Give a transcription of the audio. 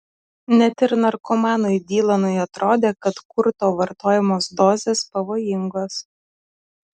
net ir narkomanui dylanui atrodė kad kurto vartojamos dozės pavojingos